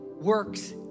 works